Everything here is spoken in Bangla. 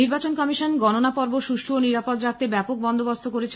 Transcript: নির্বাচন কমিশন গণনা পর্ব সুষ্ঠু ও নিরাপদ রাখতে ব্যাপক বন্দোবস্ত করেছে